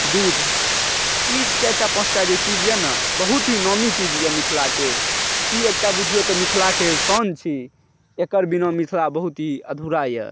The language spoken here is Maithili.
दूध ई चारि टा पांच चीज जे यऽ ने बहुत ही नामी चीज यऽ मिथिलाके ई एकटा बुझियौ तऽ मिथिलाके शान छी एकर बिना मिथिला बहुत ही अधुरा यऽ